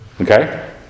okay